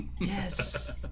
Yes